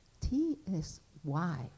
T-S-Y